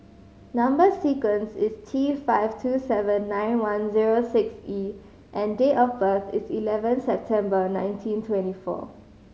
number sequence is T five two seven nine one zero six E and date of birth is eleven September nineteen twenty four